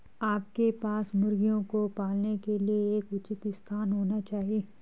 आपके पास मुर्गियों को पालने के लिए एक उचित स्थान होना चाहिए